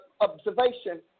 observation